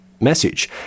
message